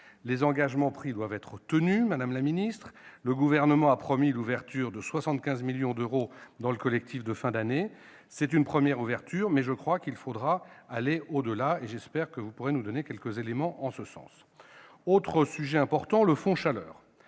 les engagements pris doivent être tenus. Le Gouvernement a promis l'inscription de 75 millions d'euros dans le collectif de fin d'année. C'est une première ouverture, mais il faudra aller au-delà. J'espère que vous pourrez nous donner quelques éléments en ce sens. Un autre sujet important est le Fonds chaleur.